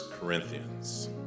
Corinthians